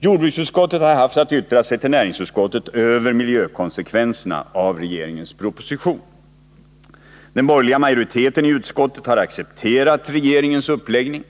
Jordbruksutskottet har haft att yttra sig till näringsutskottet över miljökonsekvenserna av regeringens proposition. Den borgerliga majoriteteni utskottet har accepterat regeringens uppläggning.